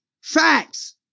Facts